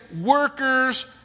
workers